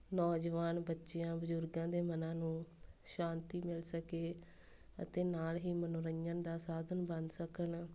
ਨੌਜਵਾਨ ਬੱਚਿਆਂ ਬਜ਼ੁਰਗਾਂ ਦੇ ਮਨਾਂ ਨੂੰ ਸ਼ਾਂਤੀ ਮਿਲ ਸਕੇ ਅਤੇ ਨਾਲ਼ ਹੀ ਮਨੋਰੰਜਨ ਦਾ ਸਾਧਨ ਬਣ ਸਕਣ